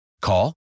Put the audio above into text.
Call